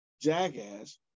jackass